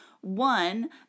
one